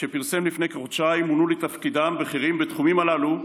כשפרסם לפני כחודשיים: מונו לתפקידם בכירים בתחומים הללו,